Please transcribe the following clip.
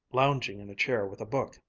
lounging in a chair with a book,